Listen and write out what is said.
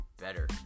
better